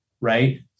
right